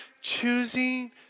choosing